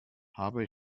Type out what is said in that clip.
habe